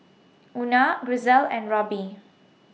Una Grisel and Roby